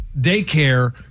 daycare